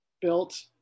built